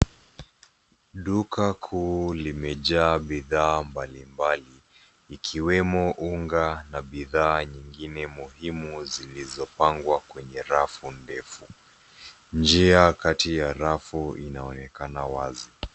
Duka kuu limejaa bidhaa mbalimbali, ikiwemo unga na bidhaa nyingine muhimu zilizopangwa kwenye rafu ndefu. Njia kati ya rafu inaonekana wazi.